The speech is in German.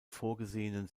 vorgesehenen